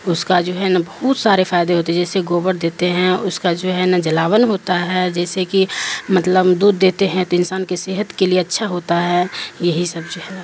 اس کا جو ہے نا بہت سارے فائدے ہوتے ہیں جیسے گوبر دیتے ہیں اس کا جو ہے نا جلاوون ہوتا ہے جیسے کہ مطلب دودھ دیتے ہیں تو انسان کے صحت کے لیے اچھا ہوتا ہے یہی سب جو ہے نا